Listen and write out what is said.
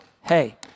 hey